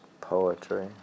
poetry